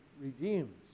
redeems